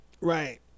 Right